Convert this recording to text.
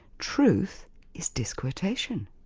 truth is disquotation.